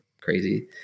crazy